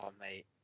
mate